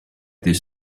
this